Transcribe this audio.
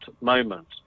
moment